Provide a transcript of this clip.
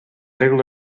regla